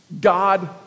God